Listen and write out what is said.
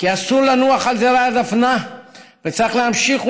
כי אסור לנוח על זרי הדפנה וצריך להמשיך